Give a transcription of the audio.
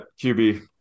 QB